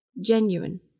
genuine